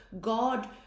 God